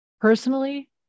Personally